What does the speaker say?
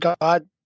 God